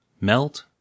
Meld